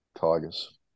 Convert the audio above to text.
Tigers